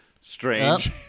strange